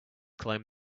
claim